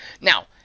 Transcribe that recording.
Now